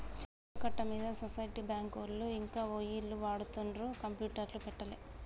చెరువు కట్ట మీద సొసైటీ బ్యాంకులో ఇంకా ఒయ్యిలు వాడుతుండ్రు కంప్యూటర్లు పెట్టలే